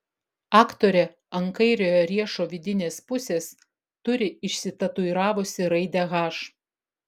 aktorė ant kairiojo riešo vidinės pusės turi išsitatuiravusi raidę h